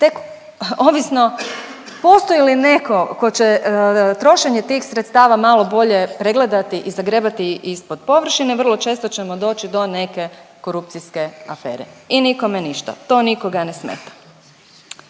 tek ovisno postoji li netko tko će trošenje tih sredstava pregledati i zagrebati ispod površine, vrlo često ćemo doći do neke korupcijske afere i nikome ništa. To nikoga ne smeta.